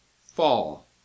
fall